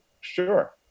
Sure